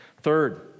Third